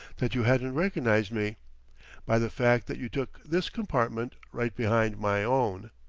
that you hadn't recognized me by the fact that you took this compartment, right behind my own.